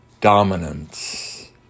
dominance